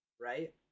right